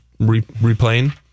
replaying